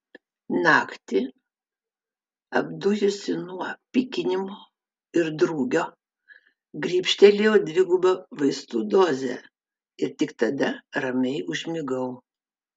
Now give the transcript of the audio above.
naktį apdujusi nuo pykinimo ir drugio grybštelėjau dvigubą vaistų dozę ir tik tada ramiai užmigau